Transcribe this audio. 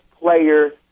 player